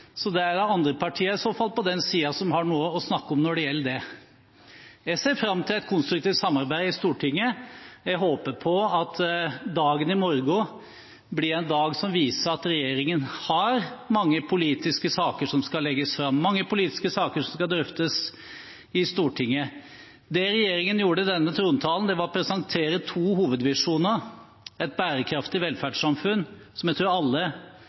så det er i så fall andre partier på den siden som har noe å snakke om når det gjelder det. Jeg ser fram til et konstruktivt samarbeid i Stortinget. Jeg håper på at dagen i morgen blir en dag som viser at regjeringen har mange politiske saker som skal legges fram, mange politiske saker som skal drøftes i Stortinget. Det regjeringen gjorde i denne trontalen, var å presentere to hovedvisjoner. Den første er et bærekraftig velferdssamfunn, som jeg tror alle